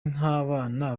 nk’abana